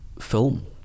film